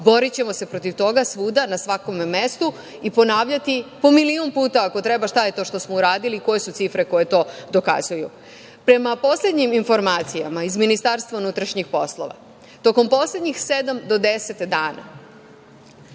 Borićemo se protiv toga svuda, na svakom mestu i ponavljati po milion puta ako treba šta je to što smo uradili, koje su cifre koje to dokazuju. Prema poslednjim informacijama iz Ministarstva unutrašnjih poslova, tokom poslednjih sedam do 10 dana